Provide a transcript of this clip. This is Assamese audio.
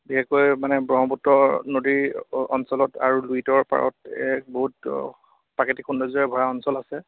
বিশেষকৈ মানে ব্ৰহ্মপুত্ৰ নদীৰ অঞ্চলত আৰু লুইতৰ পাৰত বহুত প্ৰাকৃতিক সৌন্দৰ্যৰে ভৰা অঞ্চল আছে